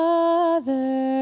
Father